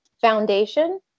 foundation